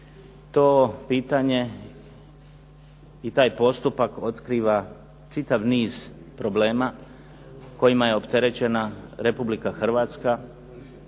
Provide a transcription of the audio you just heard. to pitanje i taj postupak otkriva čitav niz problema kojima je opterećena Republika Hrvatska